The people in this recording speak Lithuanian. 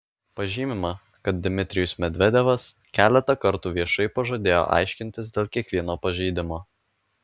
pažymima kad dmitrijus medvedevas keletą kartų viešai pažadėjo aiškintis dėl kiekvieno pažeidimo